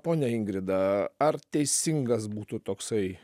ponia ingrida ar teisingas būtų toksai